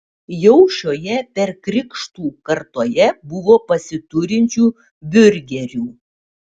jau šioje perkrikštų kartoje buvo pasiturinčių biurgerių